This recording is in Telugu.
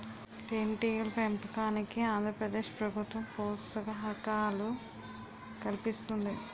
తేనెటీగల పెంపకానికి ఆంధ్ర ప్రదేశ్ ప్రభుత్వం ప్రోత్సాహకాలు కల్పిస్తుంది